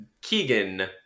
keegan